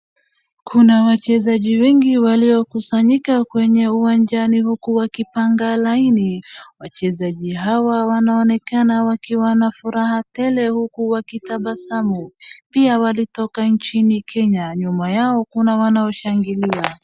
Kuna wachezaji wengi waliokusanyika kwenye uwanjani huku wakipanga line, wachezaji hawa wanaonekana wakiwa na furaha tele huku wakitabasamu. Pia walitoka nchini Kenya, nyuma yao kuna wanao shangilia.